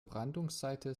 brandungsseite